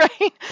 right